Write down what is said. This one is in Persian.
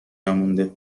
نمونده